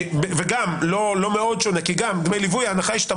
וגם לא מאוד שונה כי דמי ליווי ההנחה היא שאתה